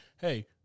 hey